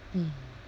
mm